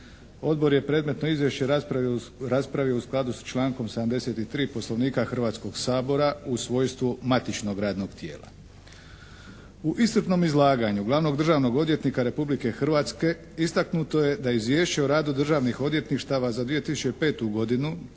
Odbor je predmetno izvješće raspravio u skladu s člankom 73. Poslovnika Hrvatskog sabora u svojstvu matičnog radnog tijela. U iscrpnom izlaganju glavnog državnog odvjetnika Republike Hrvatske istaknuto je da Izvješće o radu državnih odvjetništava za 2005. godinu